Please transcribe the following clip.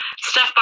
Steph